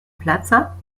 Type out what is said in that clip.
plaza